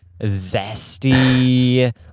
zesty